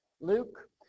Luke